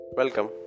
welcome